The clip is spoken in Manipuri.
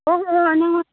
ꯑꯣ ꯑꯣ ꯅꯉꯣꯟ